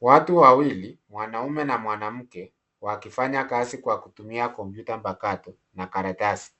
Watu wawili, mwanaume na mwanamke wakifanya kazi kwa kutumia kompyuta mpakato na karatasi.